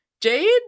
Jade